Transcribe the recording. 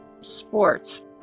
sports